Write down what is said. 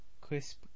crisp